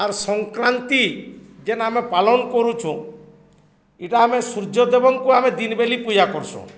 ଆର୍ ସଂକ୍ରାନ୍ତି ଯେନ୍ ଆମେ ପାଳନ କରୁଛୁଁ ଇଟା ଆମେ ସୂର୍ଯ୍ୟଦେବଙ୍କୁ ଆମେ ଦିନ ବେଲେ ପୂଜା କରସୁଁ